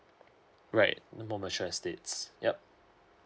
right no more mature estates yup